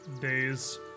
days